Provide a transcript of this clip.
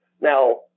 Now